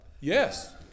Yes